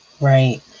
Right